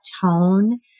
tone